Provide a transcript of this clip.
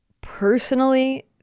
personally